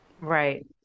Right